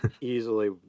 easily